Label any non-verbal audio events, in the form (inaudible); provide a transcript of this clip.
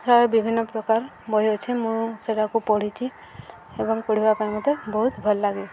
(unintelligible) ବିଭିନ୍ନ ପ୍ରକାର ବହି ଅଛି ମୁଁ ସେଟାକୁ ପଢ଼ିଛି ଏବଂ ପଢ଼ିବା ପାଇଁ ମୋତେ ବହୁତ ଭଲ ଲାଗେ